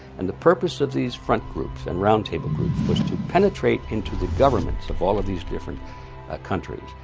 and the purpose of these front groups and round table groups was to penetrate into the governments of all of these different ah countries,